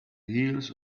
heels